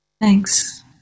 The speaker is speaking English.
Thanks